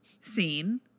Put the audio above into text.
scene